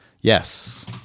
yes